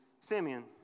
Simeon